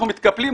אנחנו מתקפלים,